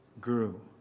grew